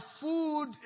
food